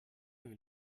even